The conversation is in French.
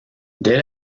dès